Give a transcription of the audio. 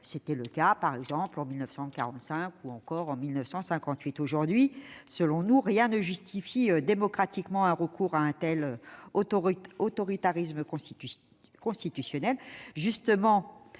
C'était le cas en 1945 ou en 1958. Aujourd'hui, selon nous, rien ne justifie démocratiquement le recours à un tel autoritarisme constitutionnel.